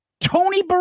Tony